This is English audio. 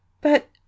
But